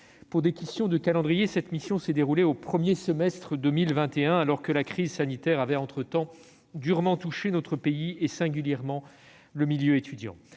Pour des questions de calendrier, cette mission d'information s'est déroulée au premier semestre de 2021, alors que la crise sanitaire avait entretemps durement touché notre pays, singulièrement le milieu étudiant.